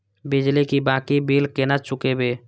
बिजली की बाकी बील केना चूकेबे?